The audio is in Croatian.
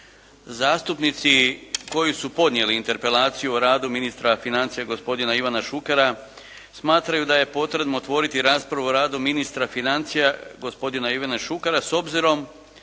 Zastupnici koji su podnijeli interpelaciju o radu ministra financija gospodina Ivana Šukera smatraju da je potrebno otvoriti raspravu o radu ministra financija gospodina Ivana Šukera s obzirom